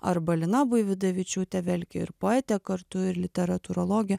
arba lina buividavičiūtė vėlgi ir poetė kartu ir literatūrologė